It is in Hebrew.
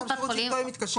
ספק הבריאות שאיתו היא מתקשרת?